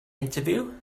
interview